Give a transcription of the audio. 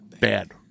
bad